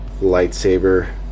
lightsaber